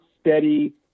steady